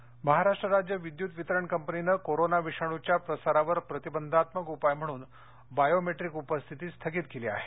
corona Maharashtra राज्य विद्युत वितरण कंपनीनं कोरोना विषाणूच्या प्रसारावर प्रतिबंधात्मक उपाय म्हणून बायोमेट्रिक उपस्थिती स्थगित केली आहे